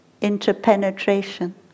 interpenetration